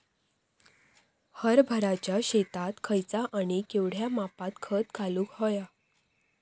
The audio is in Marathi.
हरभराच्या शेतात खयचा आणि केवढया मापात खत घालुक व्हया?